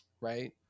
right